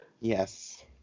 Yes